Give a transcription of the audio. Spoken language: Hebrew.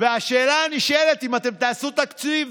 והשאלה הנשאלת, אם אתם תעשו תקציב.